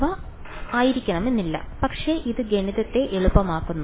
അവ ആയിരിക്കണമെന്നില്ല പക്ഷേ ഇത് ഗണിതത്തെ എളുപ്പമാക്കുന്നു